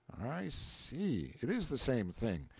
i see it is the same thing.